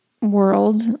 world